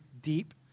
deep